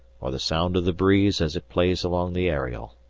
or the sound of the breeze as it plays along the aerial.